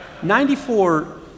94